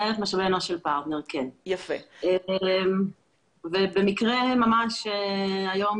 כן, במקרה ממש היום